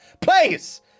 PLEASE